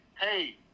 hey